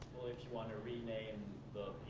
if you want to rename the